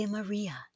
Maria